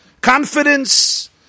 confidence